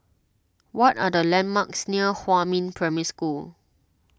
what are the landmarks near Huamin Primary School